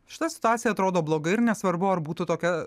šita situacija atrodo bloga ir nesvarbu ar būtų tokia